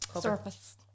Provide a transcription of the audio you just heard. surface